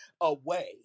away